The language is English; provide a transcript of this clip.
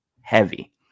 heavy